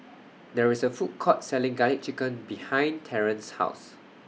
There IS A Food Court Selling Garlic Chicken behind Terrance's House